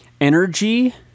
energy